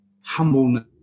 humbleness